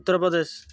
Uttar Pradesh